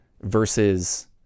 versus